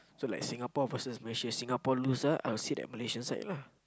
so like Singapore versus Malaysia Singapore lose ah I will sit a Malaysian side lah